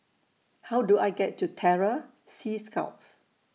How Do I get to Terror Sea Scouts